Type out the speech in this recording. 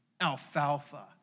alfalfa